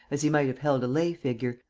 as he might have held a lay-figure,